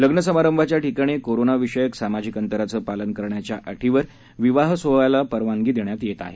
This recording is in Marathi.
लग्न समारंभाच्या ठिकाणी कोरोना विषयक सामाजिक अंतराचे पालन करण्याच्या अटीवर विवाह सोहळ्यास परवानगी देण्यात येत आहे